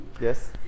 yes